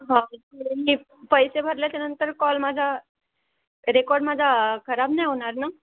ह तर मी पैसे भरल्याच्यानंतर कॉल माझा रेकॉर्ड माझा खराब नाही होणार ना